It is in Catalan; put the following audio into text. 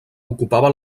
ocupava